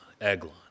Eglon